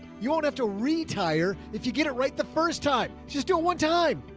you won't have to retire if you get it right the first time. just do it one time.